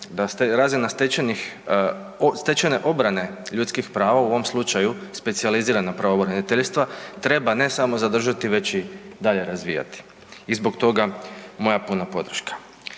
razina stečene obrane ljudskih prava u ovom slučaju specijaliziranog pravobraniteljstva treba ne samo zadržati već i dalje razvijati i zbog toga moja puna podrška.